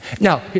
Now